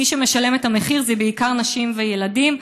מי שמשלם את המחיר הם בעיקר נשים וילדים.